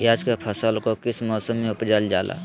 प्याज के फसल को किस मौसम में उपजल जाला?